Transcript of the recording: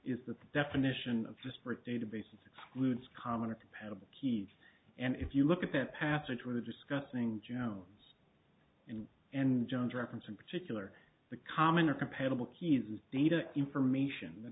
that the definition of disparate databases excludes common or compatible keys and if you look at that passage through the discussing you know it's and john's reference in particular the common are compatible keys is data information that